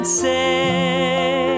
say